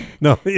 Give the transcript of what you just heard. No